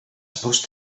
supposed